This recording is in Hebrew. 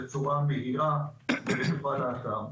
בצורה מהירה ונוחה לאתר.